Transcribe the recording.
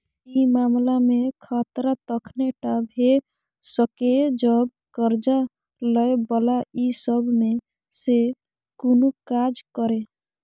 ई मामला में खतरा तखने टा भेय सकेए जब कर्जा लै बला ई सब में से कुनु काज करे